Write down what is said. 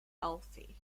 alfie